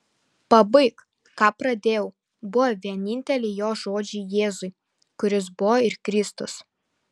pabaik ką pradėjau buvo vieninteliai jo žodžiai jėzui kuris buvo ir kristus